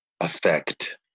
affect